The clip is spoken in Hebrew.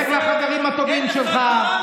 לך לחברים הטובים שלך.